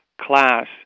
class